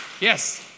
Yes